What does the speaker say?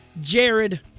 jared